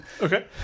Okay